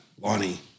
Lonnie